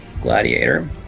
gladiator